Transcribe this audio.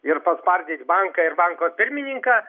ir paspardyt banką ir banko pirmininką